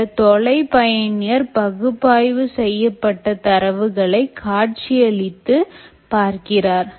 இந்த தொலை பயணியர் பகுப்பாய்வு செய்யப்பட்ட தரவுகளை காட்சியளித்து பார்க்கிறார்